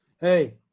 hey